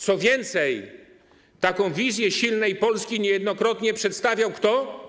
Co więcej, taką wizję silnej Polski niejednokrotnie przedstawiał kto?